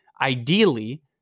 ideally